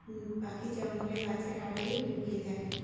পাখি জঙ্গলে গাছের আড়ালেই লুকিয়ে থাকে